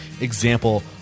example